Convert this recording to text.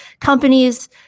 companies